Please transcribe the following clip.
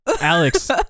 Alex